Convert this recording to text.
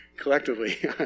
collectively